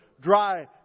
dry